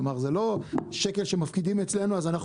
זאת אומרת זה לא שקל שמפקידים אצלנו אז אנחנו